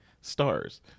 stars